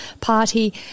party